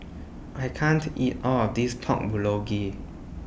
I can't eat All of This Pork Bulgogi